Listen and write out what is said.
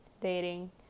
dating